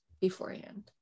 beforehand